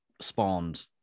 spawned